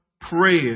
prayer